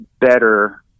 better